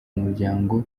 muryango